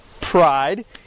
pride